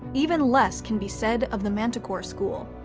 even less can be said of the manticore school.